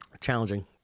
challenging